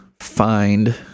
find